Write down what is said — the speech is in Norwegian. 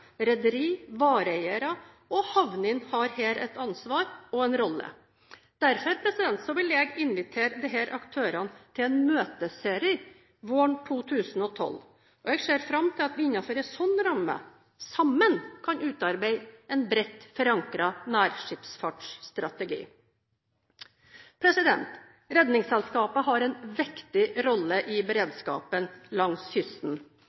vareeiere og havnene har her et ansvar og en rolle. Derfor vil jeg invitere disse aktørene til en møteserie våren 2012. Jeg ser fram til at vi innenfor en slik ramme sammen kan utarbeide en bredt forankret nærskipsfartsstrategi. Redningsselskapet har en viktig rolle i beredskapen langs kysten.